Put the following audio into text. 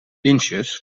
inches